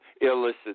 illicit